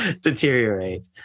deteriorate